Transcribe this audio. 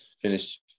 finish